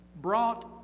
brought